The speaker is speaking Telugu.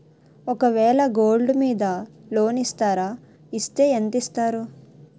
ఒక వేల గోల్డ్ మీద లోన్ ఇస్తారా? ఇస్తే ఎంత ఇస్తారు?